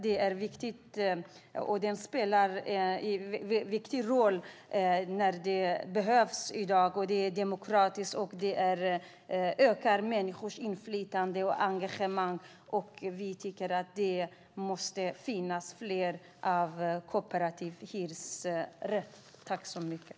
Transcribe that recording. Det spelar en viktig roll som behövs i dag. Det är demokratiskt och ökar människors inflytande och engagemang. Vi tycker att det borde finnas flera kooperativa hyresrätter.